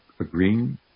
agreeing